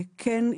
וכן,